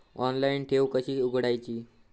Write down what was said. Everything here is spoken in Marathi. ऑनलाइन ठेव कशी उघडायची?